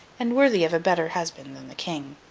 and worthy of a better husband than the king.